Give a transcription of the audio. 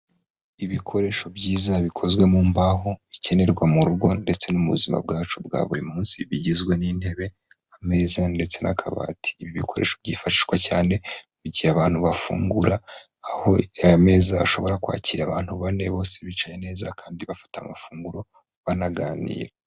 Ibikoresho byiza bikozwe mu mbaho bikenerwa mu rugo ndetse no mu buzima bwacu bwa buri munsi bigizwe n'intebe, ameza ndetse n'akabati. Ibi bikoresho byifashishwa cyane mu gihe abantu bafungura, aho aya meza ashobora kwakira abantu bane bose bicaye neza kandi bafata amafunguro, banaganira.